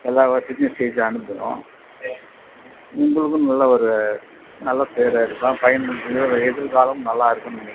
எல்லா வசதியும் செய்து அனுப்புகிறோம் உங்களுக்கும் நல்ல ஒரு நல்ல பேராக இருக்கும் தான் பையனுக்கு எதிர்காலமும் நல்லா இருக்கும்